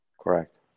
correct